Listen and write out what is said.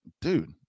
dude